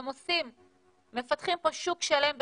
הם מפתחים פה שוק שלם בשחור,